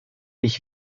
ich